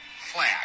flag